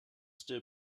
still